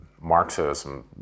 Marxism